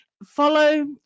follow